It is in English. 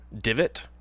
divot